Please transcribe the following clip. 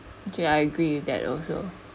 okay I agree with that also